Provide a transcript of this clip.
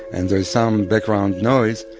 and there is some background noise,